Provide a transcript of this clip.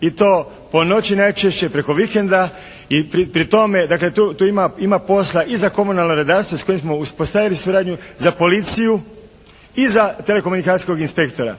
i to po noći najčešće, preko vikenda i pri tome dakle, tu ima posla i za komunalno redarstvo s kojim smo uspostavili suradnju, za Policiju i za telekomunikacijskog inspektora.